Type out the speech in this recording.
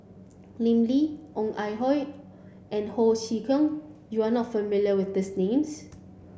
Lim Lee Ong Ah Hoi and Ho Chee Kong you are not familiar with this names